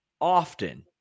often